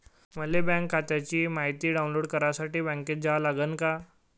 मले बँक खात्याची मायती डाऊनलोड करासाठी बँकेत जा लागन का?